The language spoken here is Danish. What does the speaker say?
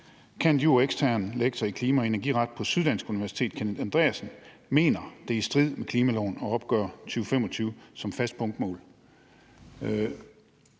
og ekstern lektor i klima- og energiret på Syddansk Universitet, Kenneth Andreasen, mener, det er i strid med klimaloven at opgøre 2025 som et fast punktmål.